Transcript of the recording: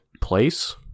place